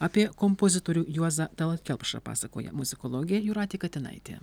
apie kompozitorių juozą talat kelpšą pasakoja muzikologė jūratė katinaitė